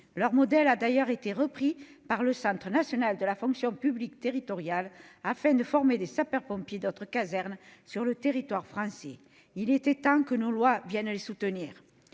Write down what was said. Leur modèle a d'ailleurs été repris par le Centre national de la fonction publique territoriale, afin de former des sapeurs-pompiers d'autres casernes sur le territoire français. Il était temps que nos lois viennent soutenir